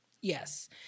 Yes